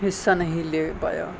حصہ نہیں لے پایا